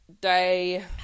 day